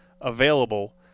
available